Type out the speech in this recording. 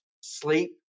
sleep